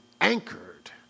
anchored